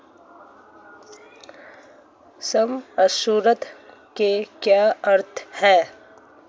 सम assured का क्या अर्थ है?